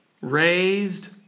Raised